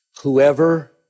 Whoever